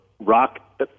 Rock